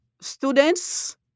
students